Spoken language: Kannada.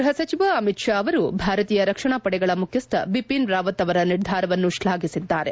ಗ್ಬಹ ಸಚಿವ ಅಮಿತ್ ಶಾ ಅವರು ಭಾರತೀಯ ರಕ್ಷಣಾ ಪಡೆಗಳ ಮುಖ್ಯಸ್ಥ ಬಿಪಿನ್ ರಾವತ್ ಅವರ ನಿರ್ಧಾರವನ್ನು ಶ್ಲಾಘಿಸಿದ್ದಾರೆ